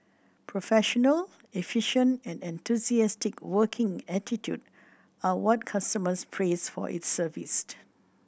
professional efficient and enthusiastic working attitude are what customers praise for its service